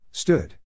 Stood